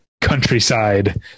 countryside